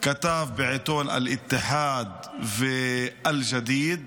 הוא כתב בעיתון אל-איתיחאד ובעיתון אל-ג'דיד